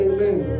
Amen